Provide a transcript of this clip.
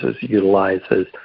utilizes